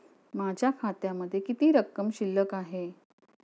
माझ्या खात्यामध्ये किती रक्कम शिल्लक आहे?